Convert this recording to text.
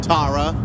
Tara